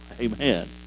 Amen